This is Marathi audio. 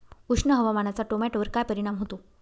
उष्ण हवामानाचा टोमॅटोवर काय परिणाम होतो?